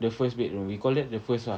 the first bedroom we call that the first ah